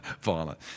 violent